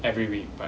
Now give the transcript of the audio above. every week